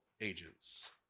agents